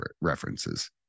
references